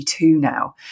now